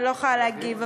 ולא יכולה להגיב,